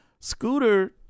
Scooter